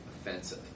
offensive